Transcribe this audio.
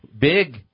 Big